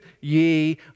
ye